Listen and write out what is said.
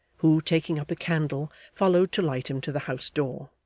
who taking up a candle followed to light him to the house-door.